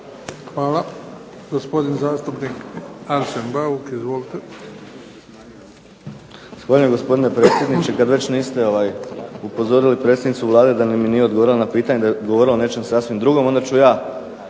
Hvala. Gospodin zastupnik Arsen Bauk, izvolite. **Bauk, Arsen (SDP)** Zahvaljujem, gospodine predsjedniče. Kad već niste upozorili predsjednicu Vlade da mi nije odgovorila na pitanje, da je govorila o nečem sasvim drugom, onda ću ja